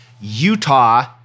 Utah